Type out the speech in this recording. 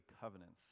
covenants